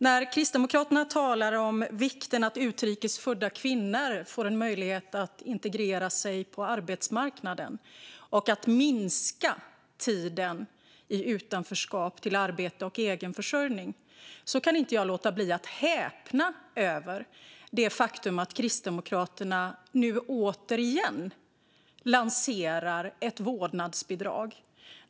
När Kristdemokraterna talar om vikten av att utrikes födda kvinnor får en möjlighet att integreras på arbetsmarknaden och att minska tiden i utanförskap fram till arbete och egen försörjning kan inte jag låta bli att häpna över det faktum att Kristdemokraterna nu återigen lanserar ett vårdnadsbidrag.